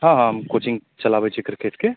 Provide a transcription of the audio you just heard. हँ हम कोचिंग चलाबै छी किरकेटके